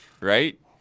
Right